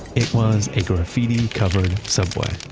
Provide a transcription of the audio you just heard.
it was a graffiti and covered subway